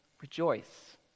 Rejoice